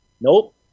Nope